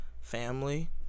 family